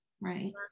Right